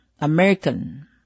American